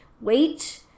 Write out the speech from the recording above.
wait